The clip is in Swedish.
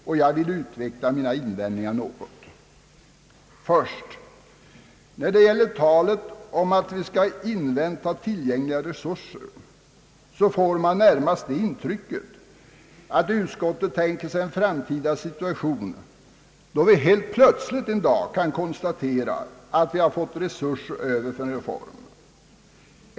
Denna synpunkt vill jag utveckla litet närmare. Uttalandet om att invänta tillgängliga resurser ger närmast intrycket att utskottet tänker sig en framtida situation, då vi helt plötsligt en dag kan konstatera att vi har fått resurser över för en reform.